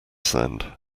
sound